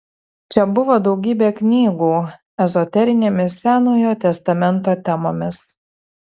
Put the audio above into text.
čia buvo daugybė knygų ezoterinėmis senojo testamento temomis